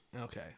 Okay